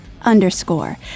underscore